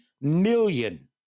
million